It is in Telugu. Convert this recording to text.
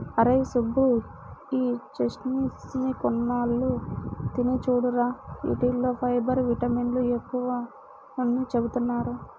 అరేయ్ సుబ్బు, ఈ చెస్ట్నట్స్ ని కొన్నాళ్ళు తిని చూడురా, యీటిల్లో ఫైబర్, విటమిన్లు ఎక్కువని చెబుతున్నారు